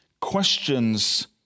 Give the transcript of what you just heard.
questions